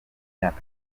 myaka